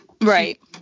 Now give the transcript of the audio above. Right